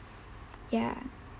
ya